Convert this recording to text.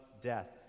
death